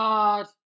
God